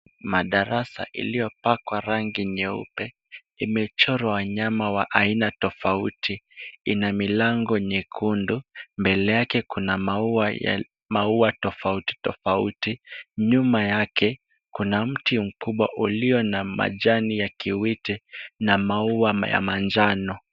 Madarasa iliyopakwa rangi nyeupe imechorwa wanyama wa aina tofauti. Ina milango nyekundu, mbele yake kuna maua tofauti tofauti. Nyuma yake , kuna mti mkubwa ulio na majani ya kiwite na maua ya manjano.